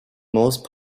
most